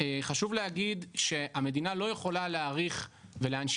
חשוב להגיד שהמדינה לא יכולה להאריך ולהנשים